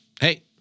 hey